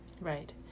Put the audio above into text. Right